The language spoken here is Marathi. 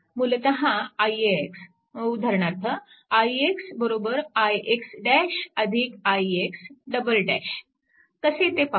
मूलतः ix उदाहरणार्थ ix ix ix कसे ते पाहू